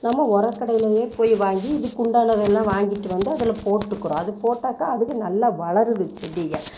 நம்ம உரக்கடையிலையே போய் வாங்கி இதுக்குண்டானதெல்லாம் வாங்கிட்டு வந்து அதில் போட்டுக்கிறோம் அது போட்டாக்கா அதுக்கு நல்லா வளருது செடிகள்